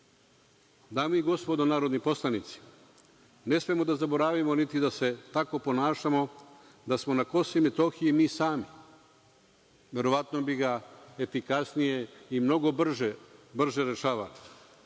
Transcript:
i gospodo narodni poslanici, ne smemo da zaboravimo, niti da se tako ponašamo, da smo na KiM mi sami, verovatno bi ga efikasnije i mnogo brže rešavali.